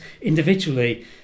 individually